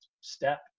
step